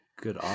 good